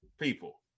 people